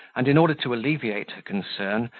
and, in order to alleviate her concern,